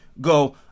go